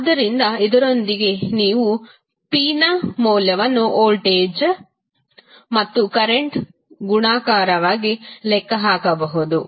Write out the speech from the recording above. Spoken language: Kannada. ಆದ್ದರಿಂದ ಇದರೊಂದಿಗೆ ನೀವು p ನ ಮೌಲ್ಯವನ್ನು ವೋಲ್ಟೇಜ್ ಮತ್ತು ಕರೆಂಟ್ ಗುಣಾಕಾರವಾಗಿ ಲೆಕ್ಕ ಹಾಕಬಹುದು